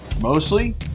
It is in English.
Mostly